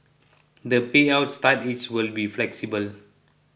the payout start age will be flexible